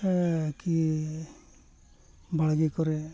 ᱟ ᱠᱤ ᱵᱟᱲᱜᱮ ᱠᱚᱨᱮᱜ